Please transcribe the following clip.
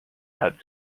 had